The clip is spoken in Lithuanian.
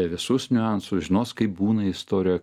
visus niuansus žinos kaip būna istorija